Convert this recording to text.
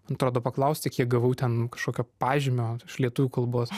atrodo paklausti kiek gavau ten kokio pažymio iš lietuvių kalbos